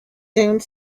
dune